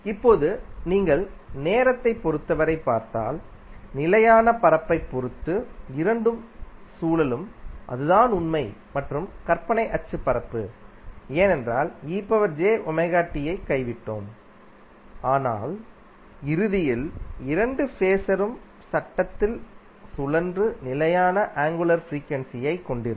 இப்போது நீங்கள் நேரத்தைப் பொறுத்தவரை பார்த்தால் நிலையான பரப்பைப் பொருத்து இரண்டும் சுழலும் அதுதான் உண்மை மற்றும் கற்பனை அச்சு பரப்பு ஏனென்றால் ஐ கைவிட்டோம் ஆனால் இறுதியில் இரண்டு ஃபேஸரும் சட்டத்தில் சுழன்று நிலையான ஆங்குலர் ஃப்ரீக்யுண்சி ஐக் கொண்டிருக்கும்